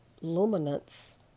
luminance